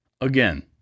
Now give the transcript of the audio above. again